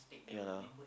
ya